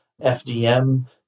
FDM